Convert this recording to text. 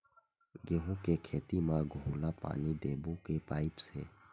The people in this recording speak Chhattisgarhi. गेहूं के खेती म घोला पानी देबो के पाइप से?